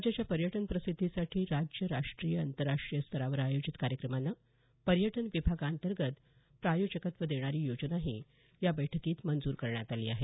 राज्याच्या पर्यटन प्रसिद्धीसाठी राज्य राष्ट्रीय आंतरराष्ट्रीय स्तरावर आयोजित कार्यक्रमांना पर्यटन विभागाअंतर्गत प्रायोजकत्व देणारी योजनाही या बैठकीत मंजूर करण्यात आली आहे